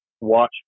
watch